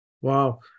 Wow